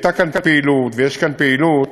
הייתה כאן פעילות ויש כאן פעילות